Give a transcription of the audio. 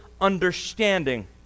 understanding